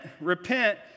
repent